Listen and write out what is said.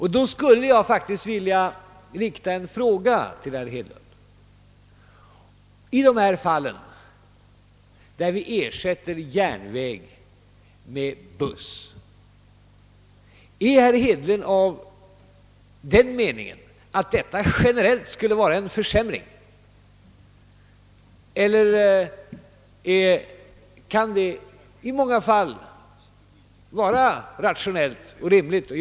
Jag skulle faktiskt vilja fråga herr Hedlund om han är av den meningen att det generellt skulle vara en försämring att vi ersätter järnväg med buss, eller kan det i något fall vara rationellt och rimligt?